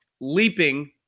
Leaping